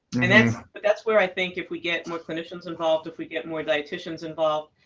and that's but that's where i think if we get more clinicians involved, if we get more dieticians involved,